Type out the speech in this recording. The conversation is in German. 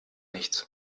nichts